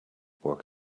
work